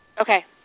Okay